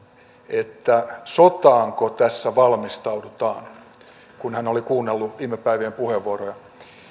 että sotaanko tässä valmistaudutaan kun hän oli kuunnellut viime päivien puheenvuoroja